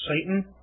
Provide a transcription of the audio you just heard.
Satan